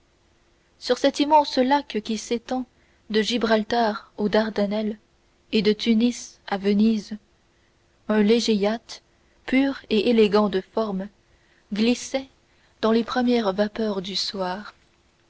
sur cet immense lac qui s'étend de gibraltar aux dardanelles et de tunis à venise un léger yacht pur et élégant de forme glissait dans les premières vapeurs du soir